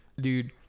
Dude